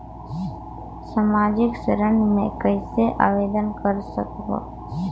समाजिक क्षेत्र मे कइसे आवेदन कर सकबो?